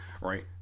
right